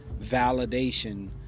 validation